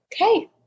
Okay